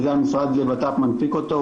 שגם משרד הבט"פ מנפיק אותו,